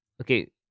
Okay